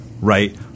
right